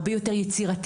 הרבה יותר יצירתיים,